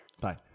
Bye